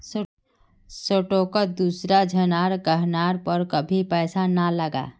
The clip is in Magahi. स्टॉकत दूसरा झनार कहनार पर कभी पैसा ना लगा